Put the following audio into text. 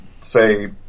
say